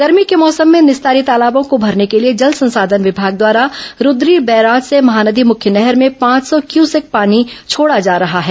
गर्मी के मौसम में निस्तारी तालाबों को भरने के लिए जल संसाधन विभाग द्वारा रूद्री बैराज से महानदी मुख्य नहर में पांच सौ क्यूसेक पानी छोड़ा जा रहा है